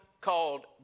called